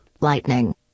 Lightning